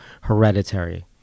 hereditary